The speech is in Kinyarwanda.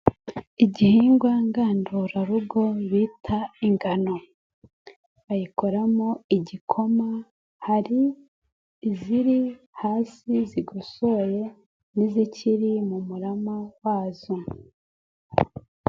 Igihingwa ngandurarugo bita ingano. Bayikoramo igikoma, hari iziri hasi zigosoye n'izikiri mu murama wazo.